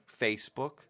Facebook